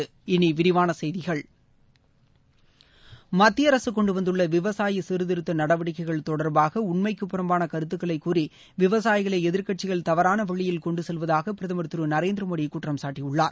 இனி விரிவான செய்கிகள் மத்திய அரசு கொண்டு வந்துள்ள விவசாய சீர்திருத்த நடவடிக்கைகள் தொடர்பாக உண்மைக்கு புறம்பாள கருத்தக்களை கூறி விவசாயிகளை எதிர்க்கட்சிகள் தவறாக வழியில் கொண்டு செல்வதாக பிரதமர் திரு நரேந்திர மோடி குற்றம் சாட்டியுள்ளார்